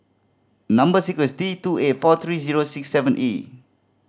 number sequence T two eight four three zero six seven E